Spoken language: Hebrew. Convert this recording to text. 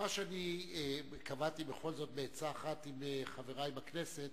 מה שאני קבעתי, בעצה אחת עם חברי בכנסת,